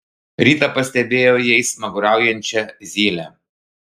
rytą pastebėjo jais smaguriaujančią zylę